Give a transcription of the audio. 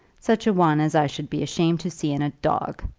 such a one as i should be ashamed to see in a dog.